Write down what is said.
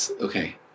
Okay